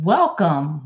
Welcome